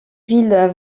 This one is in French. villes